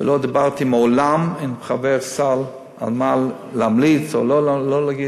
ולא דיברתי מעולם עם חבר ועדת סל על מה להמליץ או לא להגיד.